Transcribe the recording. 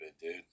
dude